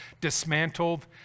dismantled